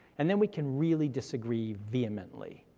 and then we can really disagree vehemently,